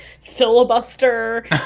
filibuster